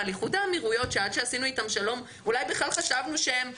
ועל איחוד האמירויות שעד שעשינו איתם שלום אולי חשבנו בכלל שהם מאחורי,